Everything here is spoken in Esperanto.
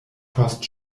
post